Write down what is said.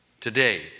today